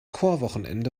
chorwochenende